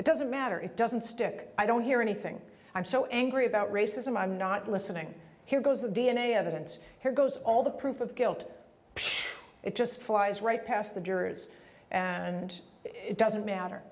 it doesn't matter it doesn't stick i don't hear anything i'm so angry about racism i'm not listening here goes the d n a evidence here goes all the proof of guilt it just flies right past the jurors and it doesn't matter